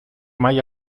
mai